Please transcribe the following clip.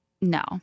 no